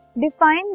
Define